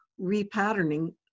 repatterning